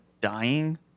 dying